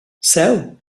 seu